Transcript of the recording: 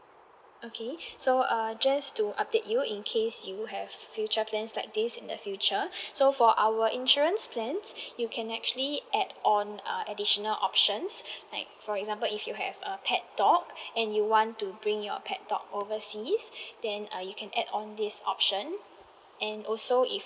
okay so err just to update you in case you have future plans like this in the future so for our insurance plans you can actually add on uh additional options like for example if you have a pet dog and you want to bring your pet dog overseas then uh you can add on this option and also if